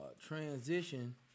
transition